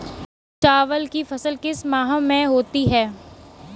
चावल की फसल किस माह में होती है?